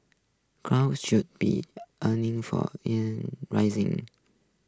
should be only for rising